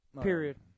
Period